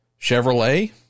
Chevrolet